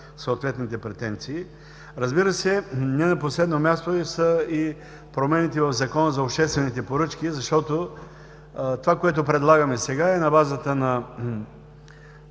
съответните претенции. Разбира се, не на последно място са и промените в Закона за обществените поръчки, защото това, което предлагаме сега е на базата на